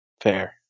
Fair